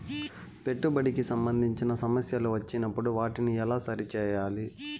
పెట్టుబడికి సంబంధించిన సమస్యలు వచ్చినప్పుడు వాటిని ఎలా సరి చేయాలి?